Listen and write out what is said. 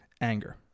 anger